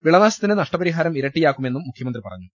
വിളനാശത്തിന് നഷ്ടപരിഹാരം ഇരട്ടിയാക്കുമെന്നും മുഖ്യമന്ത്രി പറഞ്ഞു